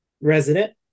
resident